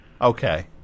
Okay